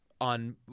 on